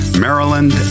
Maryland